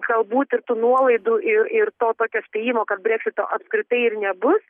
galbūt ir tų nuolaidų ir ir to tokio spėjimo kad breksito apskritai ir nebus